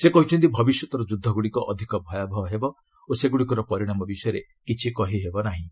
ସେ କହିଛନ୍ତି ଭବିଷ୍ୟତର ଯୁଦ୍ଧଗୁଡ଼ିକ ଅଧିକ ଭୟାବହ ହେବ ଓ ସେଗୁଡ଼ିକର ପରିଣାମ ବିଷୟରେ କିଛି କହିହେବ ନାହିଁ